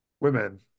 women